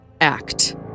act